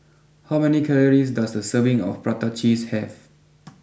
how many calories does a serving of Prata Cheese have